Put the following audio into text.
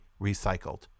recycled